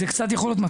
זה אולי קצת מצחיק,